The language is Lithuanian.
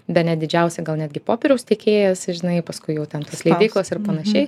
bene didžiausią gal netgi popieriaus tiekėjas žinai paskui jau ten leidyklos ir panašiai